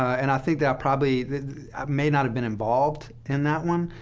and i think that probably may not have been involved in that one.